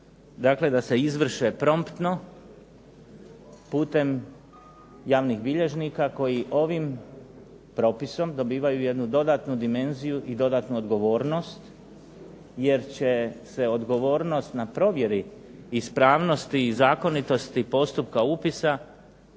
dakle da se izvrše promptno putem javnih bilježnika koji ovim propisom dobivaju jednu dodatnu dimenziju i dodatnu odgovornost, jer će se odgovornost na provjeri ispravnosti i zakonitosti postupka upisa